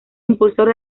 impulsor